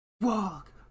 Walk